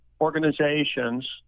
organizations